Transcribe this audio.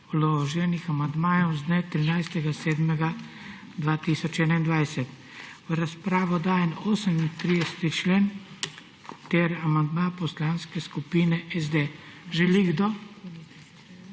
vloženih amandmajev z dne 13. 7. 2021. V razpravo dajem 38. člen ter amandma Poslanske skupine SD. Želi kdo